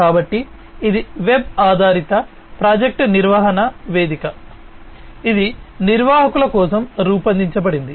కాబట్టి ఇది వెబ్ ఆధారిత ప్రాజెక్ట్ నిర్వహణ వేదిక ఇది నిర్వాహకుల కోసం రూపొందించబడింది